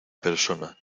persona